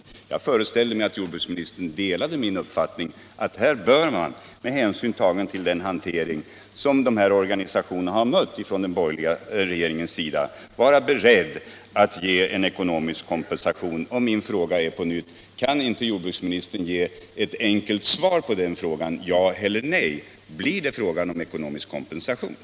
Jag föreställde mig att jordbruksministern delade min uppfattning att man med hänsyn tagen till den hantering som dessa organisationer mött från den borgerliga regeringens sida var beredd att åtminstone ge kompensation för de omedelbara ekonomiska konsekvenserna. Kan inte jordbruksministern ge ett enkelt svar på den frågan — ja eller nej: Blir det en ekonomisk kompensation?